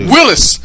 Willis